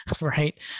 right